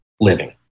living